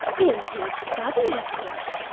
in his study, of course.